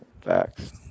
Facts